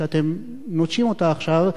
שאתם נוטשים אותה עכשיו,